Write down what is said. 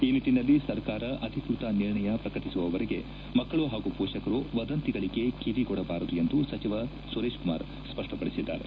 ಈ ನಿಟ್ಟನಲ್ಲಿ ಸರ್ಕಾರ ಅಧಿಕೃತ ನಿರ್ಣಯ ಪ್ರಕಟಿಸುವವರೆಗೆ ಮಕ್ಕಳು ಹಾಗೂ ಪೋಷಕರು ವದಂತಿಗಳಿಗೆ ಕಿವಿಗೊಡಬಾರದು ಎಂದು ಸಚಿವ ಸುರೇಶ್ ಕುಮಾರ್ ಸ್ಪಷ್ಟ ಪಡಿಸಿದ್ದಾರೆ